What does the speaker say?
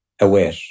aware